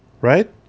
right